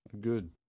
good